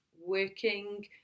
working